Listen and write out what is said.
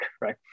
right